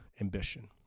ambition